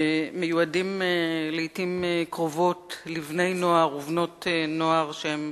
שמיועדים לעתים קרובות לבני-נוער ובנות-נוער שהם